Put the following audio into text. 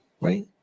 right